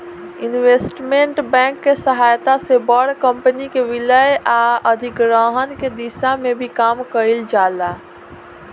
investment bank के सहायता से बड़ कंपनी के विलय आ अधिग्रहण के दिशा में भी काम कईल जाता